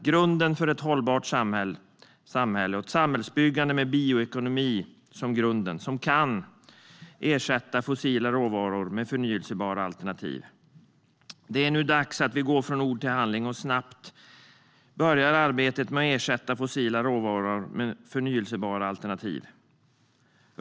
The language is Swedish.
Grunden är ett hållbart samhälle och ett samhällsbyggande med bioekonomi som kan ersätta fossila råvaror med förnybara alternativ. Det är nu dags att gå från ord till handling och snabbt börja arbetet med att ersätta fossila råvaror med förnybara alternativ.